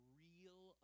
real